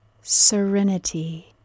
serenity